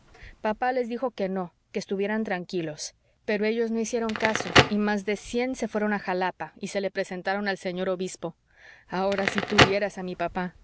papá les dijo que no que estuvieran tranquilos pero ellos no hicieron caso y más de cien fueron a jalapa y se le presentaron al señor obispo ahora si tú vieras a mi papa